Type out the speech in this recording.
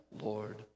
Lord